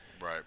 Right